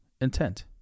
intent